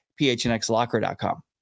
PHNXlocker.com